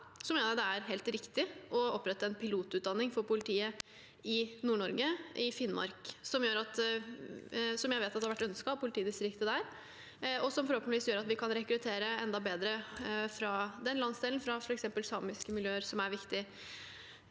det er helt riktig å opprette en pilotutdanning for politiet i Nord-Norge, i Finnmark, noe jeg vet har vært ønsket av politidistriktet der. Det gjør forhåpentligvis at vi kan rekruttere enda bedre fra den landsdelen, f.eks. fra samiske miljøer, noe som er viktig.